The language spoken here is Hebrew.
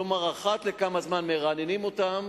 כלומר, אחת לכמה זמן מרעננים אותם